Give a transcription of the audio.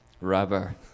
Rubber